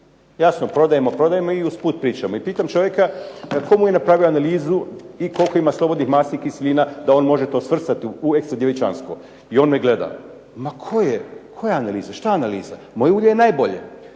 Jasno prodajemo, prodajemo i usput pričamo. I pitam čovjeka tko mu je napravio analizu i koliko ima slobodnih masnih kiselina da on može to svrstati u ekstra djevičansko. I on me gleda. Ma koje, koja analiza, šta analiza. Moje ulje je najbolje.